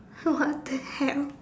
so what the hell